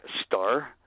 star